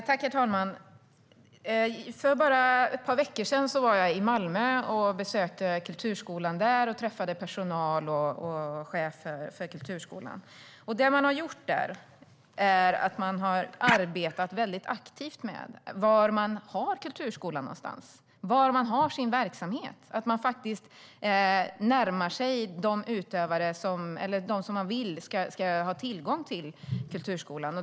Herr talman! För bara ett par veckor sedan var jag i Malmö och besökte kulturskolan där. Jag träffade personal och chefer för kulturskolan. Det man har gjort där är att arbeta väldigt aktivt med var man har kulturskolan någonstans - var man har sin verksamhet. Man närmar sig dem som man vill ska ha tillgång till kulturskolan.